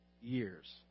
Years